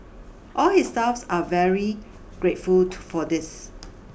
all his staffs are very grateful for this